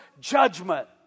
judgment